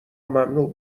ممنوع